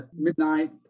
midnight